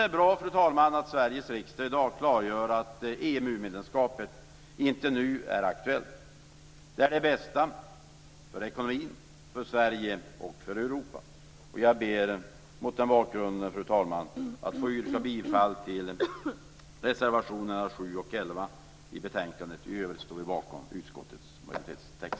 Det är bra att Sveriges riksdag i dag klargör att EMU-medlemskapet inte nu är aktuellt. Det är det bästa för ekonomin, för Sverige och för Fru talman! Jag ber mot den bakgrunden att få yrka bifall till reservationerna 7 och 11 till betänkandet. I övrigt står vi bakom utskottets majoritetstext.